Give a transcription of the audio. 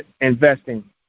investing